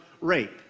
rape